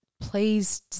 please